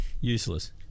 useless